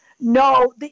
no